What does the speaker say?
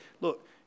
look